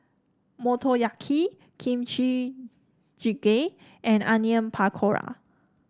Motoyaki Kimchi Jjigae and Onion Pakora